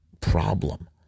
problem